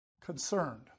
concerned